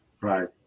Right